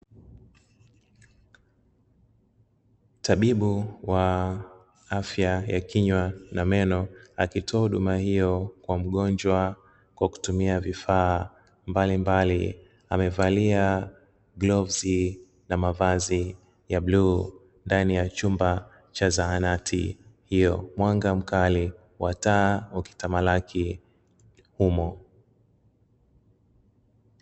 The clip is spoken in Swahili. Tabibu wa afya ya kinywa na meno akitoa huduma hiyo kwa mgonjwa kwa kutumia vifaa mbalimbali, amevalia glavuzi na mavazi ya bluu, ndani ya chumba cha zahanati hiyo mwanga mkali wa taa ukitamalaki humo.